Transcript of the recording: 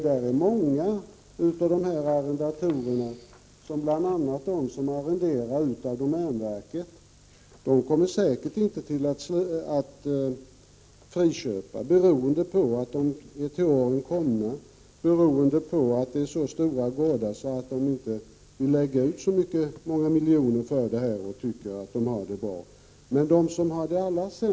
Det är många av arrendatorerna, bl.a. de som arrenderar av domänverket, som säkert inte kommer att friköpa, beroende på att de är till åren komna, beroende på att det är fråga om så stora gårdar att det skulle kosta många miljoner, beroende på att de inte vill betala sådana summor och beroende på att de tycker att de har det bra som det är.